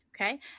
Okay